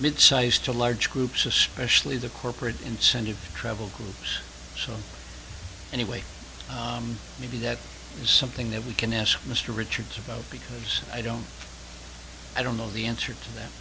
mid size to large groups especially the corporate incentive travel groups so anyway maybe that is something that we can ask mr richards about because i don't i don't know the answer to that